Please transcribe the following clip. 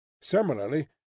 similarly